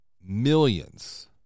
millions